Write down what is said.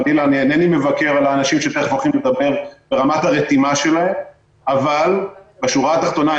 אני אינני מבקר על האנשים ורמת הנתינה שלהם אבל בשורה התחתונה,